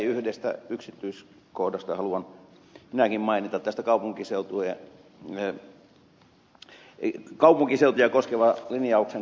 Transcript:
yhdestä yksityiskohdasta haluan minäkin mainita tästä kaupunkiseutuja koskevan linjauksen kokonaisuudesta